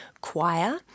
choir